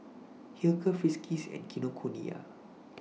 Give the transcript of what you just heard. Hilker Friskies and Kinokuniya